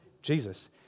Jesus